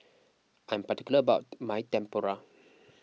I am particular about my Tempura